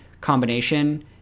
combination